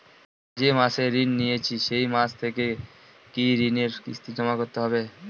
যে মাসে ঋণ নিয়েছি সেই মাস থেকেই কি ঋণের কিস্তি জমা করতে হবে?